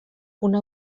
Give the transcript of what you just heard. una